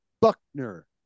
Buckner